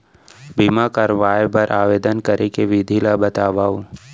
बीमा करवाय बर आवेदन करे के विधि ल बतावव?